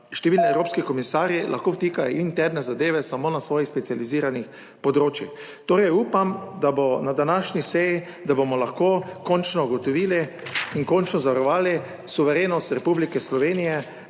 številni evropski komisarji lahko vtikajo interne zadeve samo na svojih specializiranih področjih. Torej upam, da bo na današnji seji, da bomo lahko končno ugotovili in končno zavarovali suverenost Republike Slovenije,